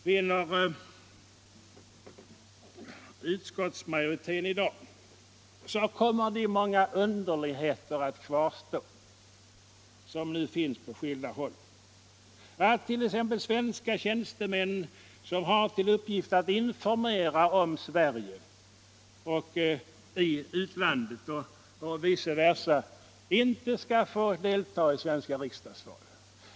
Vinner utskottsmajoriteten i dag kommer de många underligheter att kvarstå som nu finns på skilda håll, t.ex. att svenska tjänstemän som har till uppgift att informera om Sverige i utlandet och att motta informationer inte skall få delta i svenska riksdagsval.